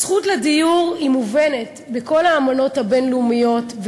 הזכות לדיור מובנת בכל האמנות הבין-לאומיות,